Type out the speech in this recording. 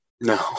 No